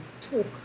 talk